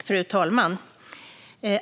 Fru talman!